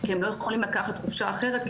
כי הם לא יכולים לקחת חופשה אחרת כי